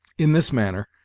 in this manner,